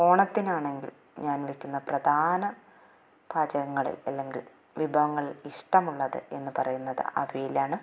ഓണത്തിനാണെങ്കില് ഞാന് വയ്ക്കുന്ന പ്രധാന പാചകങ്ങളില് അല്ലെങ്കില് വിഭവങ്ങളില് ഇഷ്ടമുള്ളത് എന്ന് പറയുന്നത് അവിയല് ആണ്